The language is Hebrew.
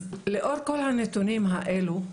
אז לאור כל הנתונים האלו,